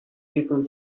people